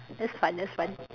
that's fun that's fun